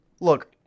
look